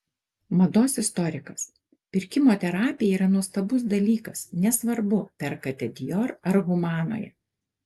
mados istorikas pirkimo terapija yra nuostabus dalykas nesvarbu perkate dior ar humanoje